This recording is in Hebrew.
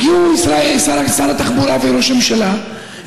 הגיעו שר התחבורה וראש הממשלה,